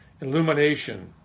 illumination